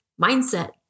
Mindset